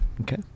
Okay